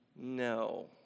no